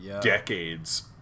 decades